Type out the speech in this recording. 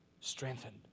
strengthened